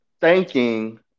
thanking